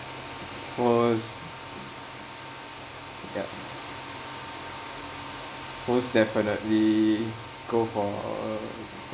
most ya most definitely go for